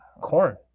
Corn